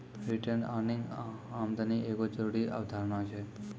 retained earning आमदनी के एगो जरूरी अवधारणा छै